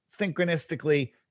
synchronistically